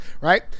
right